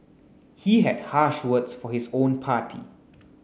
he had harsh words for his own party